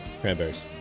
cranberries